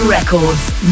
Records